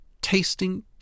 tasting